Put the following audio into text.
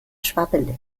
schwabbelig